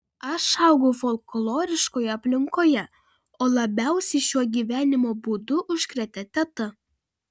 aš augau folkloriškoje aplinkoje o labiausiai šiuo gyvenimo būdu užkrėtė teta